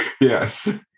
Yes